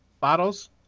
bottles